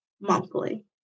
monthly